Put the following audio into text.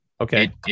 Okay